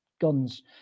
guns